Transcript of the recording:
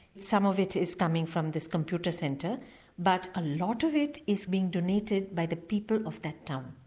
some of it is coming from this computer centre but a lot of it is being donated by the people of that town.